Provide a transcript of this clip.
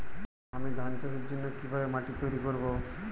আমি ধান চাষের জন্য কি ভাবে মাটি তৈরী করব?